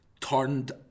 turned